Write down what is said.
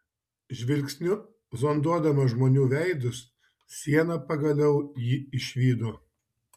žvilgsniu zonduodama žmonių veidus siena pagaliau jį išvydo